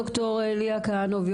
ד"ר ליה כהנוב,